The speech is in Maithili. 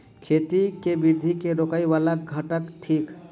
खेती केँ वृद्धि केँ रोकय वला घटक थिक?